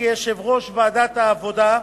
כיושב-ראש ועדת העבודה,